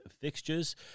fixtures